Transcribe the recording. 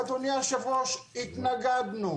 אדוני היושב ראש, התנגדנו.